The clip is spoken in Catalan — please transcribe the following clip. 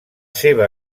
seva